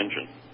engine